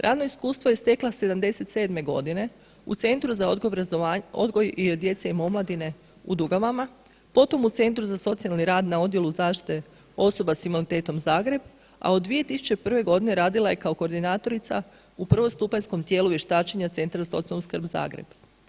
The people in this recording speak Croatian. Radno iskustvo je stekla 1977. godine u Centru za odgoj djece i omladine u Dugavama, potom u Centru za socijalni rad na Odjelu zaštite osoba s invaliditetom Zagreb, a od 2001. godine radila je kao koordinatorica u prvostupanjskom tijelu vještačenja Centra za socijalnu skrb Zagreb.